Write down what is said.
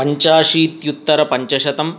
पञ्चाशीत्युत्तरपञ्चशतम्